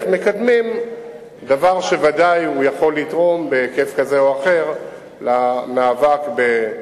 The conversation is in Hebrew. איך מקדמים דבר שוודאי יכול לתרום בהיקף כזה או אחר למאבק למניעת